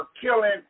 killing